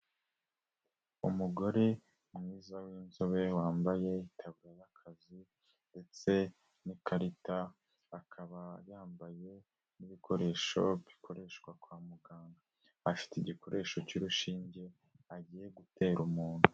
Umugore mwiza w'inzobe wambaye itaburiya y'akazi ndetse n'ikarita, akaba yambaye n'ibikoresho bikoreshwa kwa muganga, afite igikoresho cy'urushinge agiye gutera umuntu.